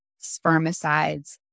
spermicides